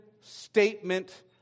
statement